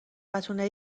بتونه